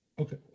Okay